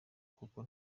kuko